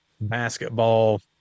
basketball